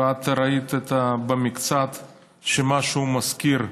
ואת ראית שמשהו מזכיר במקצת,